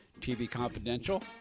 tvconfidential